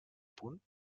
punt